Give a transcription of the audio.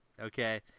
Okay